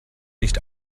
nicht